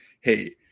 hey